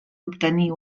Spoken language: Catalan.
obtenir